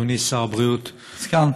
אדוני סגן